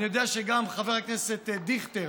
אני יודע שחבר הכנסת דיכטר,